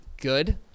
good